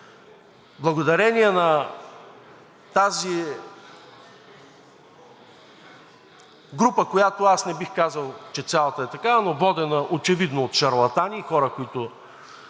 Благодарение на тази група, която аз не бих казал, че цялата е такава, но водена очевидно от шарлатани и хора, които